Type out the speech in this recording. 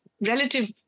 relative